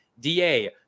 da